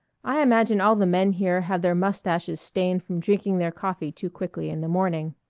i imagine all the men here have their mustaches stained from drinking their coffee too quickly in the morning.